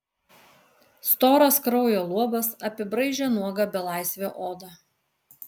storas kraujo luobas apibraižė nuogą belaisvio odą